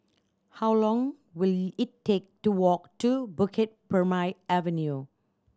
how long will it take to walk to Bukit Purmei Avenue